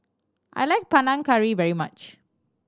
I like Panang Curry very much